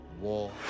war